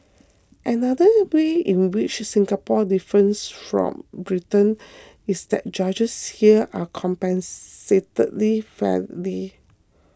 another way in which Singapore differs from Britain is that judges here are compensated fairly